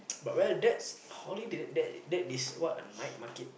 but well that's holiday that that is what a night market